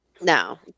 No